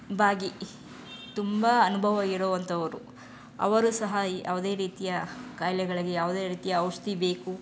ಬಾಗಿ ತುಂಬ ಅನುಭವ ಇರುವಂಥವರು ಅವರು ಸಹ ಯಾವುದೇ ರೀತಿಯ ಕಾಯಿಲೆಗಳಿಗೆ ಯಾವುದೇ ರೀತಿಯ ಔಷಧಿ ಬೇಕು